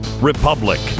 republic